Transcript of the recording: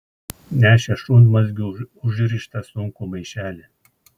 nešė šunmazgiu užrištą sunkų maišelį